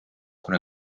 kuna